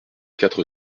quatre